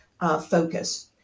focus